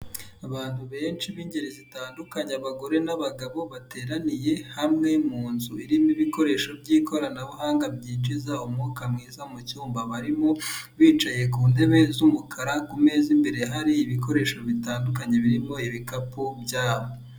Abantu benshi b'ingeri zitandukanye abagore n'abagabo bateraniye hamwe mu nzu irimo ibikoresho by'ikoranabuhanga byinjiza umwuka mwiza mu cyumba barimo, bicaye ku ntebe z'umukara ku meza imbere hari ibikoresho bitandukanye birimo ibikapu byabo.